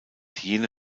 jene